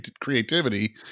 creativity